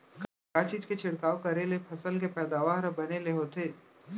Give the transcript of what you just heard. का चीज के छिड़काव करें ले फसल के पैदावार ह बने ले होथे?